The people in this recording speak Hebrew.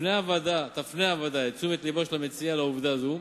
תפנה הוועדה את תשומת לבו של המציע לעובדה זאת,